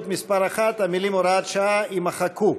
מס' 1: המילים "הוראת שעה" יימחקו.